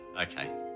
Okay